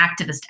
activist